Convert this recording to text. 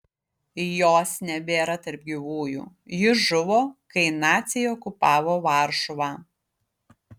jos nebėra tarp gyvųjų ji žuvo kai naciai okupavo varšuvą